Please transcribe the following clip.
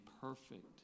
perfect